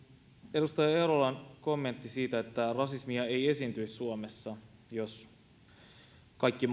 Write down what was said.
edustaja eerolan kommentti siitä että rasismia ei esiintyisi suomessa jos kaikki